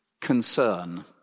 concern